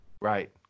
Right